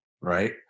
right